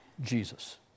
Jesus